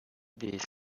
des